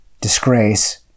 disgrace